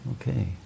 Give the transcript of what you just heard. okay